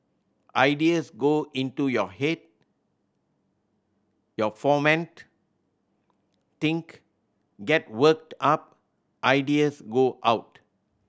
ideas go into your head your foment think get worked up ideas go out